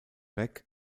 beck